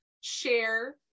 share